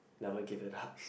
never give her